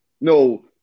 No